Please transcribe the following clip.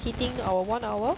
hitting our one hour